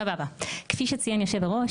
כפי שציין יושב-הראש,